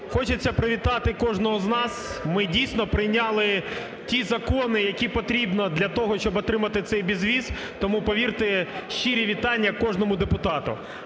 Хочеться привітати кожного з нас. Ми дійсно прийняли ті закони, які потрібно для того, щоб отримати цей безвіз. Тому, повірте, щирі вітання кожному депутату.